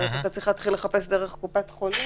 אחרת יצטרכו לחפש דרך קופת חולים.